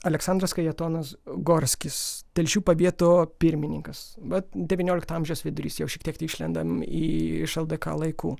aleksandras kajetonas gorskis telšių pavieto pirmininkas bet devyniolikto amžiaus vidurys jau šiek tiek išlendam iš ldk laikų